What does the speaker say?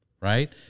right